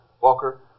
Walker